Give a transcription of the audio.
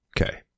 Okay